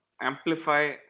amplify